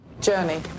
Journey